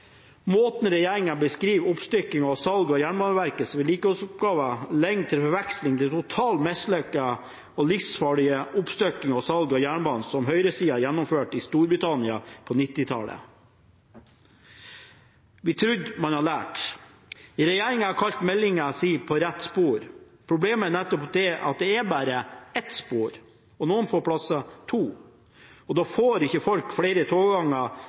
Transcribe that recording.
Måten regjeringen beskriver oppstykkingen og salget av Jernbaneverkets vedlikeholdsoppgaver på, ligner til forveksling den totalt mislykkede og livsfarlige oppstykkingen og salget av jernbanen som høyresida gjennomførte i Storbritannia på 1990-tallet. Vi trodde man hadde lært. Regjeringen har kalt meldingen sin På rett spor. Problemet er nettopp det at det er bare ett spor, og noen få plasser to, og da får ikke folk flere